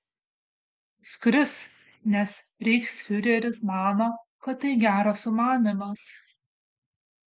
skris nes reichsfiureris mano kad tai geras sumanymas